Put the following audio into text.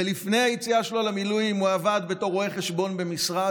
ולפני היציאה שלו למילואים הוא עבד בתור רואה חשבון במשרד,